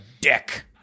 dick